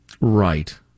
Right